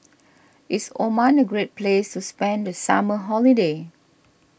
is Oman a great place to spend the summer holiday